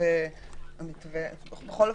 בכל אופן,